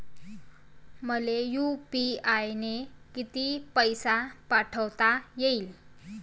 मले यू.पी.आय न किती पैसा पाठवता येईन?